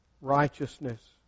righteousness